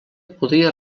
podria